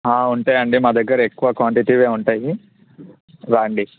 ఉంటాయండి మా దగ్గర ఎక్కువ క్వాంటిటీవే ఉంటాయి రాండి